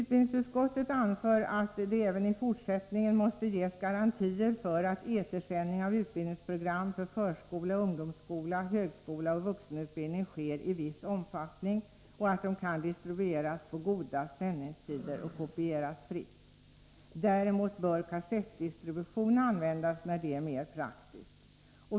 Utbildningsutskottet anför att det även i fortsättningen måste ges garantier för att etersändning av utbildningsprogram för förskola, ungdomsskola, högskola och vuxenutbildning sker i viss omfattning och att de kan distribueras på goda sändningstider och kopieras fritt. Däremot bör kassettdistribution användas när det är mer praktiskt.